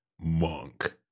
monk